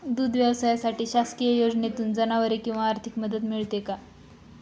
दूध व्यवसायासाठी शासकीय योजनेतून जनावरे किंवा आर्थिक मदत मिळते का?